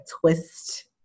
twist